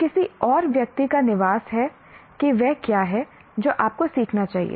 तो किसी और व्यक्ति का निवास है कि वह क्या है जो आपको सीखना चाहिए